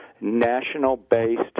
national-based